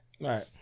Right